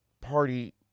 party